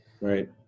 right